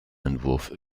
entwurf